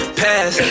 pass